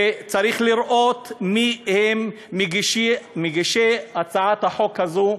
וצריך לראות מי הם מגישי הצעת החוק הזאת.